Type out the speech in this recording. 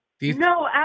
No